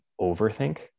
overthink